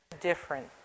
different